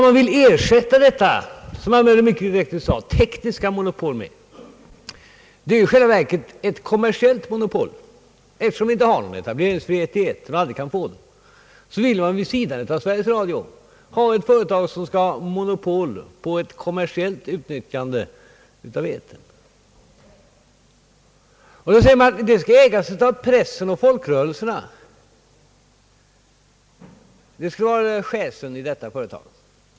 Man vill ju ersätta detta tekniska monopol med ett i själva verket kommersiellt monopol, eftersom vi inte har någon etableringsfrihet i etern och aldrig kan få det. Man vill vid sidan av Sveriges Radio ha ett företag som skall ha monopol på ett kommersiellt utnyttjande av etern. Det säges att företaget skall ägas av pressen och folkrörelserna — det skulle var schäsen i detta företag.